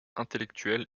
intellectuelle